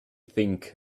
think